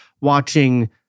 watching